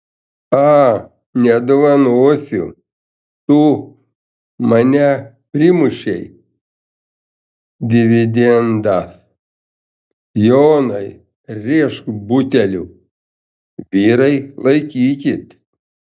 a nedovanosiu tu mane primušei dividendas jonai rėžk buteliu vyrai laikykit